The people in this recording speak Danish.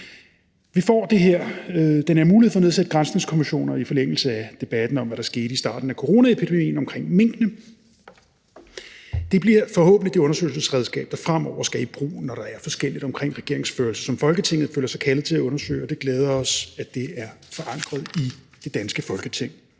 Vi får den her mulighed for at nedsætte granskningskommissioner i forlængelse af debatten om, hvad der skete i starten af coronaepidemien med hensyn til minkene. Det bliver forhåbentlig det undersøgelsesredskab, der fremover skal i brug, når der er forskelligt omkring regeringsførelsen, som Folketinget føler sig kaldet til at undersøge, og det glæder os, at det er forankret i det danske Folketing.